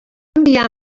enviar